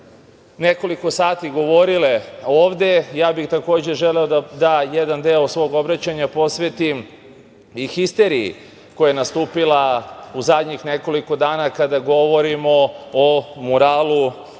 nekoliko sati govorile ovde, ja bih takođe želeo da jedan deo svog obraćanja posvetim i histeriji koja je nastupila u zadnjih nekoliko dana kada govorimo o muralu